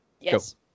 Yes